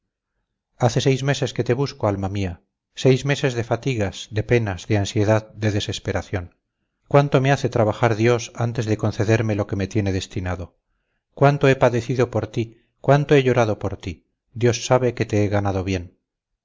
hace seis meses que te busco alma mía seis meses de fatigas de penas de ansiedad de desesperación cuánto me hace trabajar dios antes de concederme lo que me tiene destinado cuánto he padecido por ti cuánto he llorado por ti dios sabe que te he ganado bien